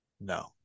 No